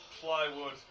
plywood